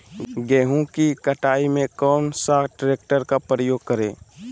गेंहू की कटाई में कौन सा ट्रैक्टर का प्रयोग करें?